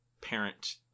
parent